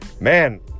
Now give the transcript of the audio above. Man